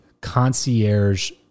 concierge